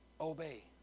obey